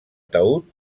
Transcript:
taüt